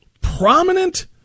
prominent